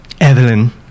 Evelyn